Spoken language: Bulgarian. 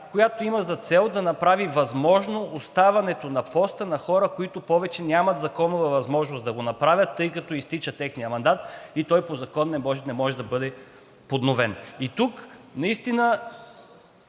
която има за цел да направи възможно оставането на поста на хора, които повече нямат законова възможност да го направят, тъй като изтича техният мандат и той по закон не може да бъде подновен. И тук наистина